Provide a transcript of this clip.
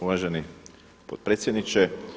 Uvaženi potpredsjedniče.